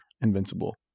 invincible